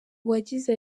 uwagize